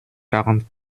quarante